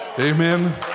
Amen